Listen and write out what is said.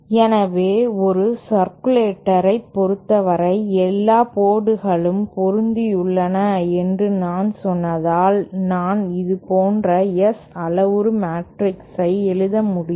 எனவே ஒரு சர்க்குலேட்டரப் பொறுத்தவரை எல்லா போர்டுகளும் பொருந்தியுள்ளன என்று நான் சொன்னதால் நான் இது போன்ற S அளவுரு மேட்ரிக்ஸ் ஐ எழுத முடியும்